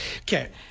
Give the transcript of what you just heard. Okay